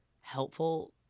helpful